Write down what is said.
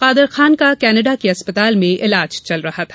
कादर खान का कनाडा के अस्पताल में इलाज चल रहा था